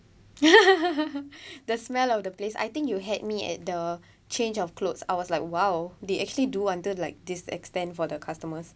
the smell of the place I think you had me at the change of clothes I was like !wow! they actually do until like this extent for the customers